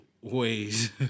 ways